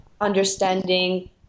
understanding